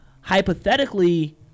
hypothetically